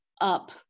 up